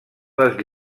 les